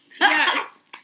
Yes